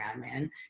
man